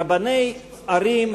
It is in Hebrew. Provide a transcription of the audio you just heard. רבני ערים,